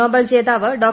Nobel ജേതാവ് ഡോ